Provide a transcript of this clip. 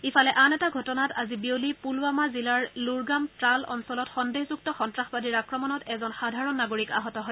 ইফালে আন এটা ঘটনাত আজি বিয়লি পুলৱামা জিলাৰ লুৰগাম ট্ৰাল অঞ্চলত সন্দেহযুক্ত সন্তাসবাদীৰ আক্ৰমনত এজন সাধাৰণ নাগৰিক আহত হয়